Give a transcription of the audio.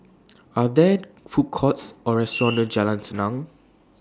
Are There Food Courts Or restaurants near Jalan Senang